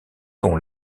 dont